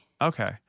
Okay